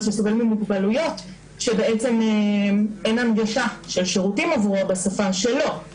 שסובל ממוגבלויות שאין הנגשה של שירותים עבורו בשפה שלו.